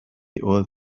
oil